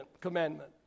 commandment